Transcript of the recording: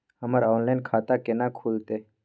हमर ऑनलाइन खाता केना खुलते?